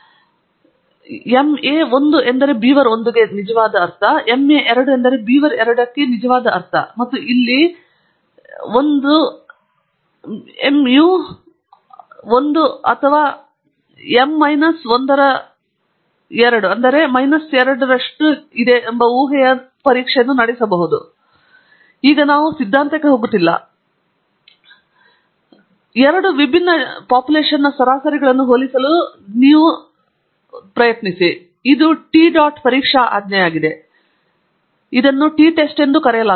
MA 1 ಎಂದರೆ ಬೀವರ್ 1 ಗೆ ನಿಜವಾದ ಅರ್ಥ ಮತ್ತು ಎಮ್ಎ 2 ಎಂದರೆ ಬೀವರ್ 2 ಗೆ ನಿಜವಾದ ಅರ್ಥ ಮತ್ತು ಇಲ್ಲಿ 1 ಎಮ್ಯೂ 1 ಅಥವಾ ಎಮ್ ಮೈನಸ್ 1 ರ 2 ಎಂದರೆ ಮಿನಸ್ 2 ರಷ್ಟಿರುತ್ತದೆ ಎಂಬ ಊಹೆಯ ಪರೀಕ್ಷೆಯನ್ನು ನಡೆಸುವುದು ಈಗ ನಾವು ಸಿದ್ಧಾಂತಕ್ಕೆ ಹೋಗುತ್ತಿಲ್ಲ ಆದರೆ ನೀವು ಹೇಳುವ ದಿನನಿತ್ಯ ಅಥವಾ ಆಜ್ಞೆಯನ್ನು ಎರಡು ವಿಭಿನ್ನ ಜನಸಂಖ್ಯೆಗಳ ಸರಾಸರಿಗಳನ್ನು ಹೋಲಿಸಲು ನಿಮಗೆ ಸಹಾಯ ಮಾಡೋಣ ಮತ್ತು ಇದು ಟಿ ಡಾಟ್ ಪರೀಕ್ಷಾ ಆಜ್ಞೆಯಾಗಿದೆ ಇದನ್ನು ವಿದ್ಯಾರ್ಥಿಯ ಟಿ ಟೆಸ್ಟ್ ಎಂದು ಕರೆಯಲಾಗುತ್ತದೆ